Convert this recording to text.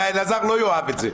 אלעזר לא יאהב את זה.